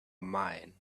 mine